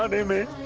um am in